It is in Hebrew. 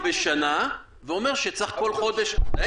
בשנה ואומר שצריך כל חודש אישור ועדה.